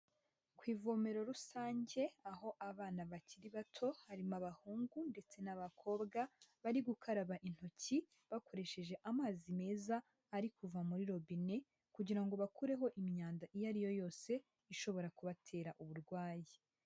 Ku ivomero rusange, aho abana bakiri bato harimo abahungu ndetse n'abakobwa bari gukaraba intoki bakoresheje amazi meza ari kuva muri robine; kugira ngo bakureho imyanda iyo ari yo yose ishobora kubatera uburwayi.